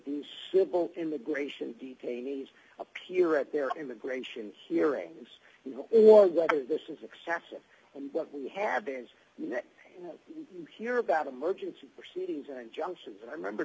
these civil immigration detainees appear at their immigration hearings or whether this is excessive and what we have is you hear about emergency proceedings and injunctions and i remember